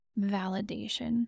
validation